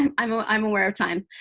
and i'm ah i'm aware of time.